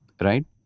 right